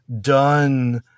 done